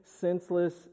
senseless